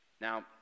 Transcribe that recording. Now